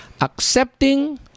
accepting